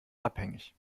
abhängig